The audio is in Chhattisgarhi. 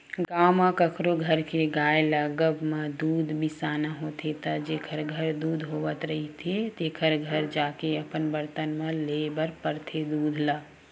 गाँव म कखरो घर के गाय लागब म दूद बिसाना होथे त जेखर घर दूद होवत रहिथे तेखर घर जाके अपन बरतन म लेय बर परथे दूद ल